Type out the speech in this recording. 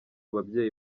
babyeyi